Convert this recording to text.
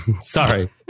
Sorry